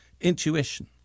intuition